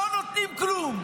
לא נותנים כלום.